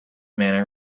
manor